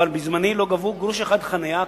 אבל בזמני לא גבו גרוש אחד חנייה,